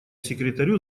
секретарю